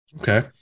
Okay